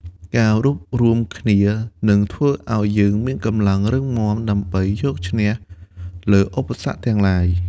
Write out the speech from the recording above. ការរួបរួមគ្នា នឹងធ្វើឱ្យយើងមានកម្លាំងរឹងមាំដើម្បីយកឈ្នះលើឧបសគ្គទាំងឡាយ។